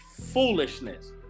Foolishness